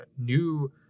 new